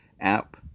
app